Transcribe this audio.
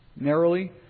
Narrowly